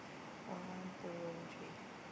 one two three